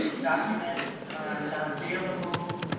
documents not available.